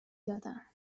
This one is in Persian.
دادم